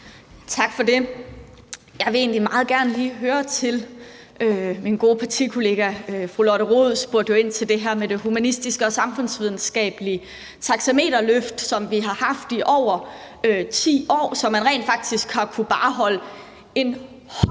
Tak for det. Min gode partikollega fru Lotte Rod spurgte jo ind til det her med det humanistiske og samfundsvidenskabelige taxameterløft, som vi har haft i over 10 år, så man rent faktisk har kunnet holde en hånd